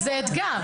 זה אתגר.